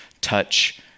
touch